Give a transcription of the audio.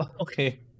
Okay